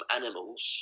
animals